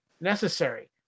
necessary